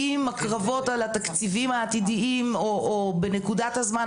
עם הקרבות על התקציבים העתידיים או בנקודת הזמן,